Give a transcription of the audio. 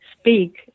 speak